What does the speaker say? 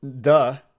duh